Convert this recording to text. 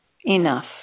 enough